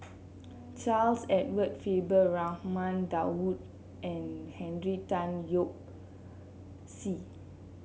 Charles Edward Faber Raman Daud and Henry Tan Yoke See